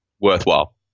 worthwhile